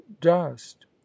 dust